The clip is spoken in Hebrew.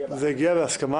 בהסכמה,